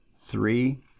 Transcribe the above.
three